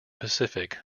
pacific